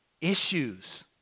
issues